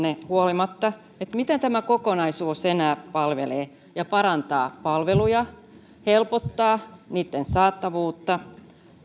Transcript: huolimatta miten tämä kokonaisuus enää palvelee parantaa palveluja helpottaa niitten saatavuutta